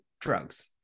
drugs